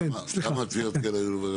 כמה תביעות כאלה היו?